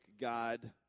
God